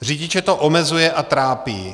Řidiče to omezuje a trápí.